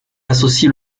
associe